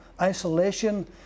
isolation